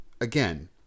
again